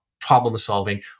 problem-solving